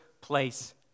place